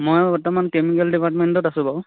মই বৰ্তমান কেমিকেল ডিপাৰটমেণ্টত আছোঁ বাৰু